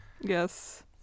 Yes